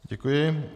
Děkuji.